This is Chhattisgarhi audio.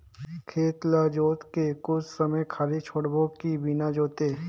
खेत ल जोत के कुछ समय खाली छोड़बो कि बिना जोते?